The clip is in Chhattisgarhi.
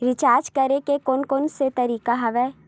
रिचार्ज करे के कोन कोन से तरीका हवय?